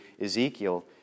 Ezekiel